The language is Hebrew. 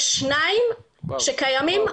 ויש שניים שקיימים,